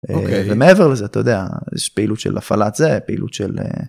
למעבר לזה אתה יודע יש פעילות של הפעלת זה פעילות של.